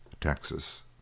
Texas